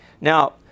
Now